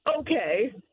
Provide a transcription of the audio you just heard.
okay